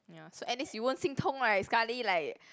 ya so at least you won't 心痛 right sekali like